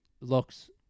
looks